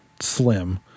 slim